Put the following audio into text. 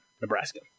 Nebraska